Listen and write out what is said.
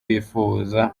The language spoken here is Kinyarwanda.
bifuza